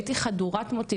הייתי חדורת מוטיבציה,